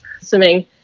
swimming